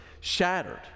shattered